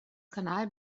kanal